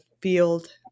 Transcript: field